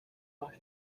var